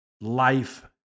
life